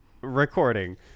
recording